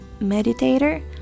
meditator